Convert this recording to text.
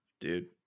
Dude